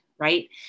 right